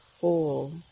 whole